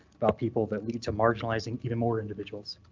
about people that lead to marginalizing even more individuals.